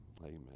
amen